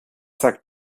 sagt